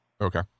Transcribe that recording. okay